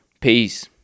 Peace